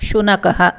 शुनकः